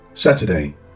Saturday